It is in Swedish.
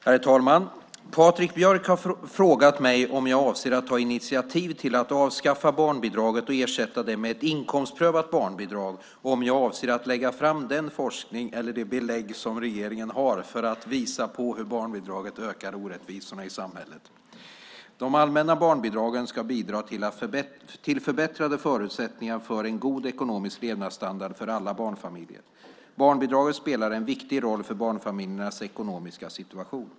Herr talman! Patrik Björck har frågat mig om jag avser att ta initiativ till att avskaffa barnbidraget och ersätta det med ett inkomstprövat barnbidrag och om jag avser att lägga fram den forskning eller de belägg som regeringen har för att visa på hur barnbidraget ökar orättvisorna i samhället. De allmänna barnbidragen ska bidra till förbättrade förutsättningar för en god ekonomisk levnadsstandard för alla barnfamiljer. Barnbidraget spelar en viktig roll för barnfamiljernas ekonomiska situation.